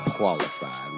qualified